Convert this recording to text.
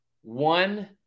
One